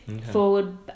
forward